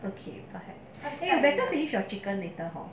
okay find cassia better finish your chicken later hor